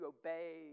obey